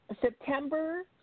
September